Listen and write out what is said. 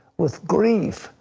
with grief,